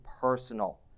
personal